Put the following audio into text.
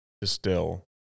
distill